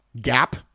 gap